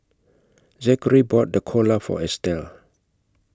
Zakary bought Dhokla For Estelle